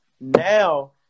Now